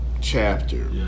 chapter